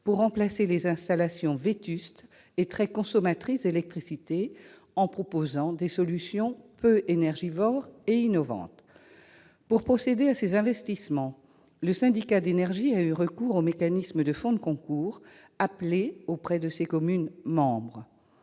pour remplacer les installations vétustes et très consommatrices d'électricité, en proposant des solutions peu énergivores et innovantes. Pour procéder à ces investissements, le syndicat d'énergie a eu recours au mécanisme de fonds de concours appelés auprès de ses communes membres.